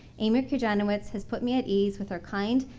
amy kurjanowicz has put me at ease with her kind,